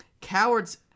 cowards